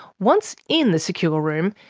once in the secure room,